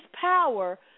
power